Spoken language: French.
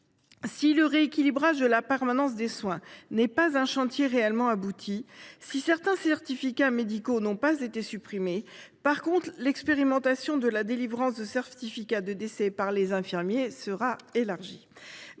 Si le rééquilibrage de la permanence des soins n’est pas un chantier réellement abouti, si certains certificats médicaux n’ont pas été supprimés, l’expérimentation de la délivrance de certificats de décès par les infirmiers sera quant à